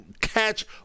catch